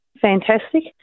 fantastic